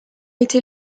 été